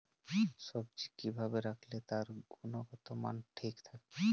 সবজি কি ভাবে রাখলে তার গুনগতমান ঠিক থাকবে?